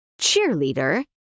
cheerleader